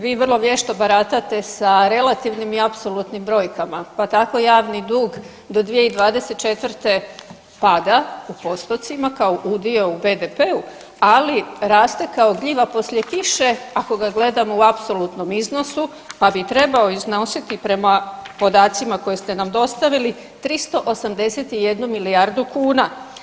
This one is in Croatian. Vi vrlo vješto baratate sa relativnim i apsolutnim brojkama pa tako javni dug do 2024. pada u postocima kao udio u BDP-u, ali rate kao gljiva poslije kiše ako ga gledamo u apsolutnom iznosu, pa bi trebao iznositi prema podacima koje ste nam dostavili 381 milijardu kuna.